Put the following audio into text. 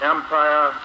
Empire